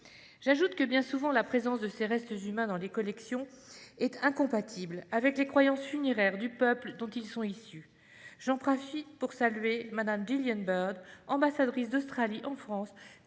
J'ajoute que, bien souvent, la présence de ces restes humains dans les collections est incompatible avec les croyances funéraires du peuple dont ils sont issus. J'en profite pour saluer Mme Gillian Bird, ambassadrice d'Australie en France,